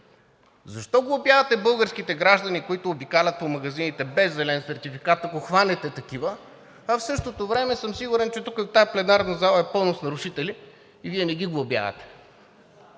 Защо глобявате българските граждани, които обикалят по магазините без зелен сертификат, ако хванете такива? А в същото време съм сигурен, че тук, в тази зала, е пълно с нарушители и Вие не ги глобявате.